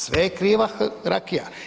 Sve je kriva rakija.